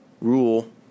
rule